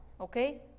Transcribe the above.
okay